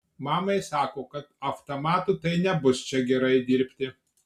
mamai sako kad avtamatu tai nebus čia gerai dirbti